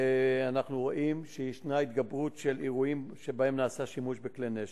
ואנחנו רואים שישנה התגברות של אירועים שבהם נעשה שימוש בכלי נשק.